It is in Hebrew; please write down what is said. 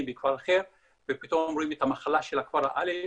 בכפר אחר ופתאום רואים את המחלה של כפר א'